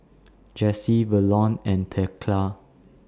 Jessi Verlon and Thekla